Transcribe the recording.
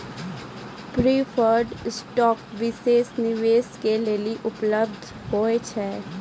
preferred stock विशेष निवेशक के लेली उपलब्ध होय छै